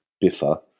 biffer